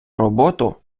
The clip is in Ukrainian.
роботу